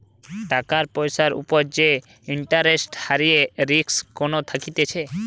টাকার পয়সার উপর যে ইন্টারেস্ট হারের রিস্ক কোনো থাকতিছে